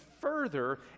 further